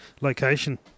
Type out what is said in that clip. location